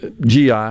GI